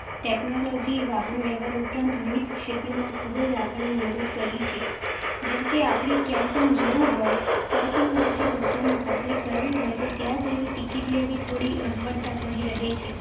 ટેકનોલોજીએ વાહન વ્યવહાર ઉપરાંત વિવિધ ક્ષેત્રોમાં ખૂબ જ આપણને મદદ કરી છે જેમકે આપણે ક્યાંય પણ જવું હોય ક્યાંય પણ રીતે બસમાં મુસાફરી કરવી હોય તો ત્યાં જઇને ટિકીટ લેવી થોડી અગવડતાભરી રહે છે